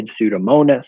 pseudomonas